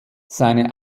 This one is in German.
seine